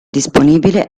disponibile